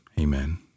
Amen